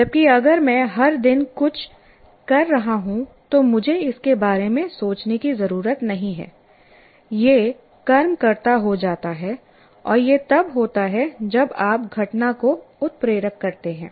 जबकि अगर मैं हर दिन कुछ कर रहा हूं तो मुझे इसके बारे में सोचने की ज़रूरत नहीं है यह कर्मकर्त्ता हो जाता है और यह तब होता है जब आप घटना को उत्प्रेरक करते हैं